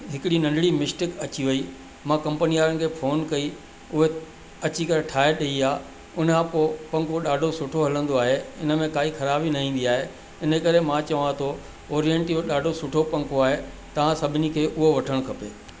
हिकिड़ी नंढी मिस्टेक अची वई मां कंपनीअ वारनि खे फोन कई उहे अची करे ठाहे ॾई या उन खां पोइ पंखो ॾाढो सुठो हलंदो आहे इन में काई ख़राबी न ईंदी आहे इन करे मां चवां थो ओरियंट इहो ॾाढो सुठो पंखो आहे तव्हां सभिनी खे उहो वठणु खपे